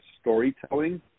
storytelling